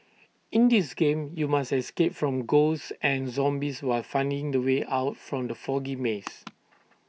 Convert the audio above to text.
in this game you must escape from ghosts and zombies while finding the way out from the foggy maze